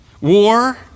War